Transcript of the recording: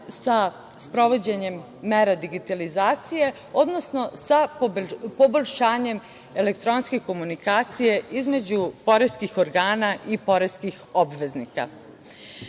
sa sprovođenjem mere digitalizacije, odnosno sa poboljšanjem elektronske komunikacije između poreskih organa i poreskih obveznika. Sa